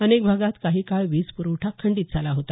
अनेक भागात काही काळ वीज प्रवठा खंडीत झाला होता